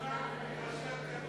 כמה מתוכם במגרשי הכדורגל?